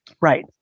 Right